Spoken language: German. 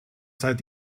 seid